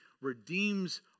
redeems